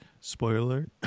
Spoiler